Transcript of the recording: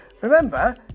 Remember